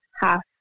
half